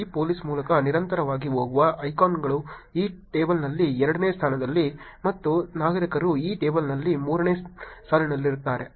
ಈ ಪೋಲಿಸ್ ಮೂಲಕ ನಿರಂತರವಾಗಿ ಹೋಗುವ ಐಕಾನ್ಗಳು ಈ ಟೇಬಲ್ನಲ್ಲಿ ಎರಡನೇ ಸಾಲಿನಲ್ಲಿ ಮತ್ತು ನಾಗರಿಕರು ಈ ಟೇಬಲ್ನಲ್ಲಿ ಮೂರನೇ ಸಾಲಿನಲ್ಲಿರುತ್ತಾರೆ